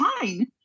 fine